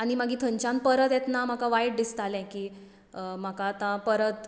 आनी मागीर थंयच्यान परत येतना म्हाका वायट दिसतालें की म्हाका आतां परत